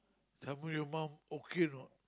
some more your mum okay or not